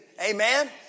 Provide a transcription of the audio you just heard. Amen